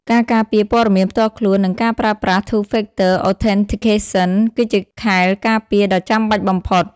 ការការពារព័ត៌មានផ្ទាល់ខ្លួន និងការប្រើប្រាស់ Two-Factor Authentication គឺជាខែលការពារដ៏ចាំបាច់បំផុត។